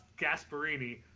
Gasparini